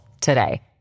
today